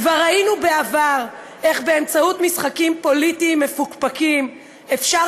כבר ראינו בעבר איך באמצעות משחקים פוליטיים מפוקפקים אפשר